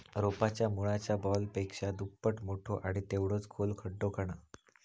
रोपाच्या मुळाच्या बॉलपेक्षा दुप्पट मोठो आणि तेवढोच खोल खड्डो खणा